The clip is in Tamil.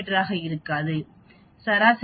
மீ ஆக இருக்காது சராசரி 19